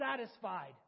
satisfied